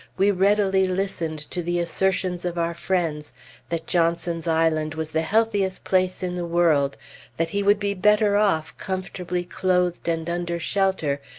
we readily listened to the assertions of our friends that johnson's island was the healthiest place in the world that he would be better off, comfortably clothed and under shelter,